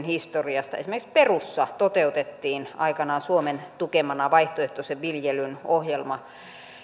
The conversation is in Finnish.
historiasta esimerkiksi perussa toteutettiin aikanaan suomen tukemana vaihtoehtoisen viljelyn ohjelma